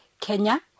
Kenya